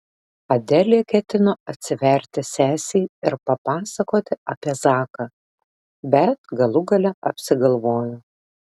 adelė ketino atsiverti sesei ir papasakoti apie zaką bet galų gale apsigalvojo